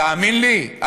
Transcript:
תאמין לי,